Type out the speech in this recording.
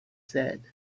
said